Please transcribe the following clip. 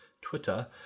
Twitter